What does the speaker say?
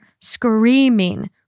screaming